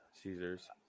Caesars